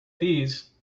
these